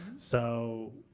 so,